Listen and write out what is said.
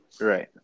Right